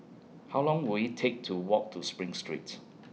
How Long Will IT Take to Walk to SPRING Street